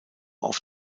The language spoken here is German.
auf